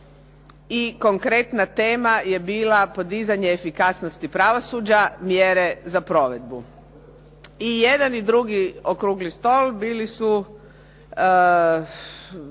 I konkretna tema je bila "Podizanje efikasnosti pravosuđa i mjere za provedbu". I jedan i drugi okrugli stol izazvali